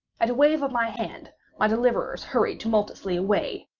at a wave of my hand my deliverers hurried tumultuously away.